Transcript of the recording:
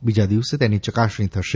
બીજા દિવસે તેની ચકાસણી થશે